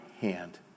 hand